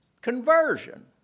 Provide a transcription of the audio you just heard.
conversion